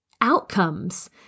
outcomes